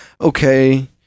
okay